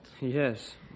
Yes